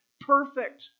Perfect